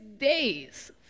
days